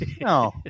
no